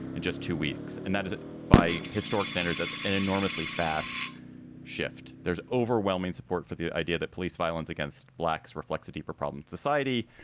and just two weeks. and that is by historic standards, that's an enormously fast shift. there's overwhelming support for the idea that police violence against blacks reflects a deeper problem in society.